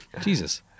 Jesus